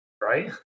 right